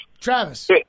Travis